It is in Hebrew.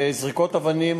זריקות אבנים,